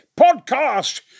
Podcast